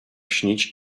śnić